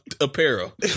apparel